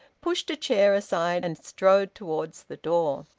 pushed a chair aside, and strode towards the door.